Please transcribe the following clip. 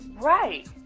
Right